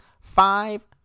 five